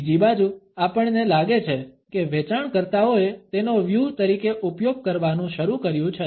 બીજી બાજુ આપણને લાગે છે કે વેચાણકર્તાઓએ તેનો વ્યૂહ તરીકે ઉપયોગ કરવાનું શરૂ કર્યું છે